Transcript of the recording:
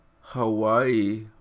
Hawaii